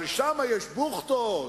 אבל שם יש בוחטות.